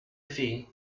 filles